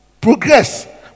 progress